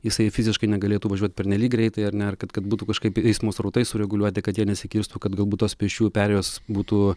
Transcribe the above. jisai fiziškai negalėtų važiuot pernelyg greitai ar ne ar kad kad būtų kažkaip eismo srautai sureguliuoti kad jie nesikirstų kad galbūt tos pėsčiųjų perėjos būtų